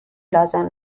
لازم